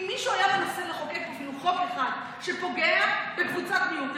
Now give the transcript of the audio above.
אם מישהו היה מנסה לחוקק אפילו חוק אחד שפוגע בקבוצת מיעוט,